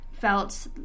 felt